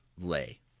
lay